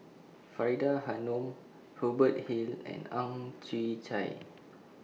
Faridah Hanum Hubert Hill and Ang Chwee Chai